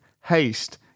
Haste